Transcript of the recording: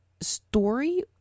story